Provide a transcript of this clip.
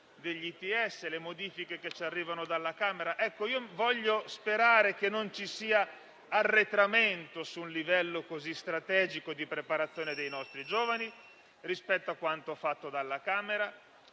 e le modifiche che arrivano dalla Camera dei deputati. Voglio sperare che non ci sarà un arretramento su un livello strategico di preparazione dei nostri giovani rispetto a quanto fatto dalla Camera